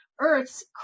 Earth's